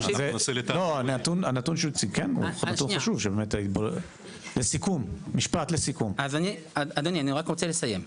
הלשכה המרכזית לסטטיסטיקה מה שהיא עושה,